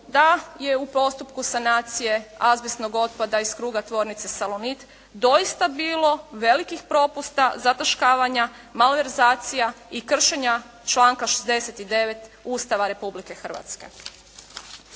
da je u postupku sanacije azbestnog otpada iz kruga tvornice "Salonit" doista bilo velikih propusta, zataškavanja, malverzacija i kršenja članka 69. Ustava Republike Hrvatske.